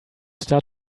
start